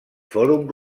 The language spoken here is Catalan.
fòrum